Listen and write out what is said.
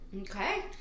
Okay